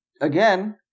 again